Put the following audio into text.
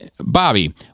Bobby